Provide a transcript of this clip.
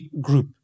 group